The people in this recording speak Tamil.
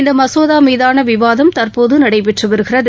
இந்த மசோதா மீதான விவாதம் தற்போது நடைபெற்று வருகிறது